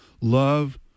Love